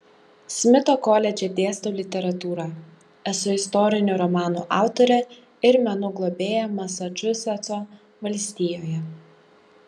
smito koledže dėstau literatūrą esu istorinių romanų autorė ir menų globėja masačusetso valstijoje